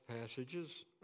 passages